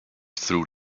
through